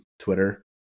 Twitter